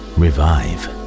revive